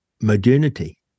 modernity